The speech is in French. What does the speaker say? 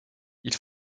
ils